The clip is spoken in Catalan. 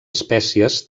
espècies